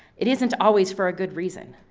it isn't always for a good reason.